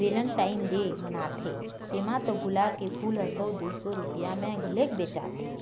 Valentine day मनाथे तेमा तो गुलाब के फूल ह सौ दू सौ रूपिया म घलोक बेचाथे